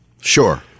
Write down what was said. Sure